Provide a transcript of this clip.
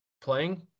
playing